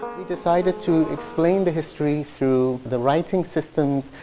we decided to explain the history through the writing systems,